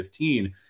2015